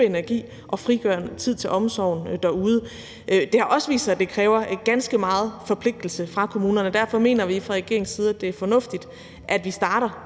energi og frigøre noget tid til omsorgen derude. Det har også vist sig, at det kræver ganske meget forpligtelse fra kommunerne, og derfor mener vi fra regeringens side, at det er fornuftigt, at vi starter